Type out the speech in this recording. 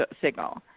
signal